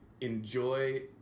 enjoy